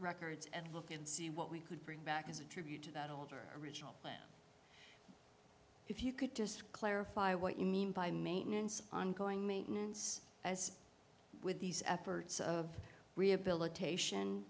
records and look and see what we could bring back as a tribute to that older original plan if you could just clarify what you mean by maintenance ongoing maintenance as with these efforts of rehabilitation